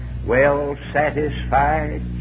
well-satisfied